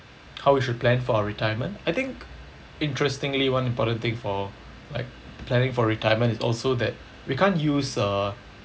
how we should plan for our retirement I think interestingly one important thing for like planning for retirement is also that we can't use uh